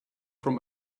from